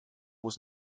muss